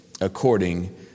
according